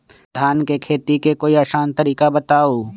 धान के खेती के कोई आसान तरिका बताउ?